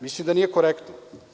Mislim da nije korektno.